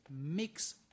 mix